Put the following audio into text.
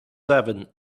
seven